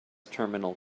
terminal